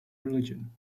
religion